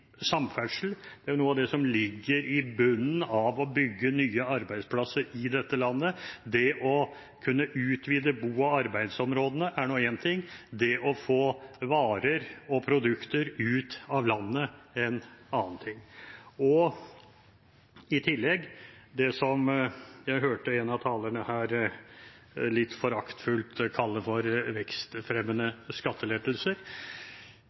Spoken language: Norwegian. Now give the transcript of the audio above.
samferdsel, noe av det som ligger i bunnen for å bygge nye arbeidsplasser i dette landet. Det å kunne utvide bo- og arbeidsområdene er én ting, det å få varer og produkter ut av landet noe annet. I tillegg, det jeg hørte en av talerne her litt foraktfullt kalle for vekstfremmende skattelettelser: Skatt er viktig for